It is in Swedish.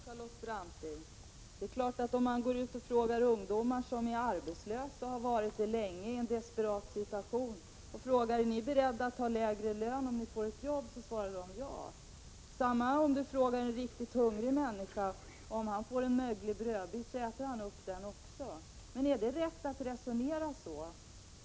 Herr talman! Det är klart, Charlotte Branting, att om man frågar ungdomar, som har varit arbetslösa länge och är i en desperat situation, om 141 de är beredda att ta lägre lön om de får ett jobb, så svarar de ja. Ge en riktigt hungrig människa en möglig brödbit, och han äter upp den. Men är det rätt att resonera så?